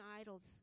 idols